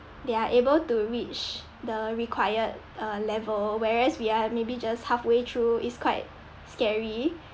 they are able to reach the required uh level whereas we are maybe just halfway through is quite scary